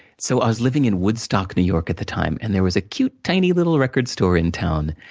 so, i was living in woodstock, new york at the time, and there was a cute, tiny little record store in town,